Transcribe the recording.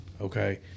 okay